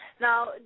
Now